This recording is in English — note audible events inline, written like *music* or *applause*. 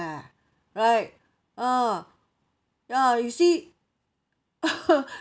right ah ah you see *laughs*